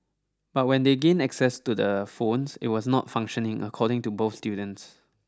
but when they gained access to the phone it was not functioning according to both students